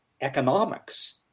economics